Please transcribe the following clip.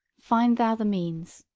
find thou the means,